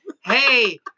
hey